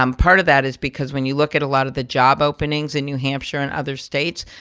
um part of that is because when you look at a lot of the job openings in new hampshire and other states,